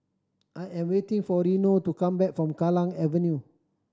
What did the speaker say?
I am waiting for Reino to come back from Kallang Avenue